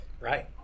Right